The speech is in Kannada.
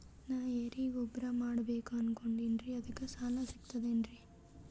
ನಾ ಎರಿಗೊಬ್ಬರ ಮಾಡಬೇಕು ಅನಕೊಂಡಿನ್ರಿ ಅದಕ ಸಾಲಾ ಸಿಗ್ತದೇನ್ರಿ?